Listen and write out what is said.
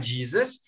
Jesus